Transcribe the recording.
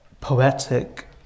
poetic